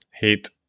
hate